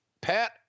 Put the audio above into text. Pat